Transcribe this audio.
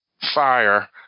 fire